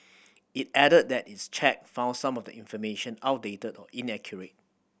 it added that its check found some of the information outdated or inaccurate